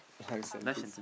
less than this